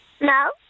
no